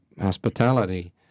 Hospitality